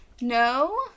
No